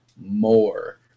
more